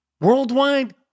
worldwide